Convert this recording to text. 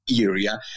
area